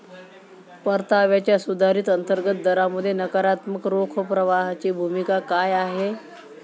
परताव्याच्या सुधारित अंतर्गत दरामध्ये नकारात्मक रोख प्रवाहाची भूमिका काय आहे?